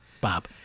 Bob